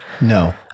No